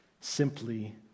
simply